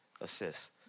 assists